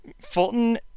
Fulton